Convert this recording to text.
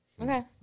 okay